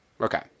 okay